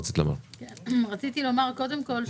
קודם כול,